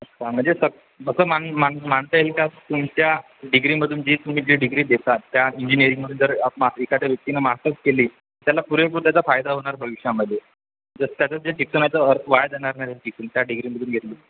अच्छा म्हणजे सग असं मान मान मानता येईल का तुमच्या डिग्रीमधून जी तुम्ही जी डिग्री देतात त्या इंजिनिअरिंगमध्ये जर आप एकाद्या व्यक्तीनं मास्टर्स केली त्याला पुरेपूर त्याचा फायदा होणार भविष्यामध्ये जसं त्याचं जे शिक्षणाचा अर्थ वाया जाणार नाही की तुमच्या डिग्रीमधून घेतली